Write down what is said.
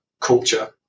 culture